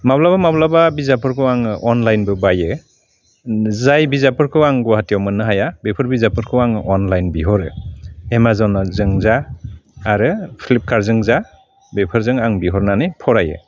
माब्लाबा माब्लाबा बिजाबफोरखौ आङो अनलाइनबो बायो जाय बिजाबफोरखौ आं गवाहाटियाव मोन्नो हाया बेफोर बिजाबफोरखौ आङो अनलाइन बिहरो एमाजनाजों जा आरो फ्लिपकार्टजों जा बेफोरजों आं बिहरनानै फरायो